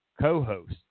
co-host